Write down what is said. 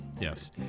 Yes